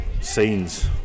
Scenes